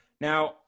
Now